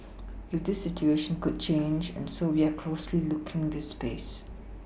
this situation could change and so we are closely looking this space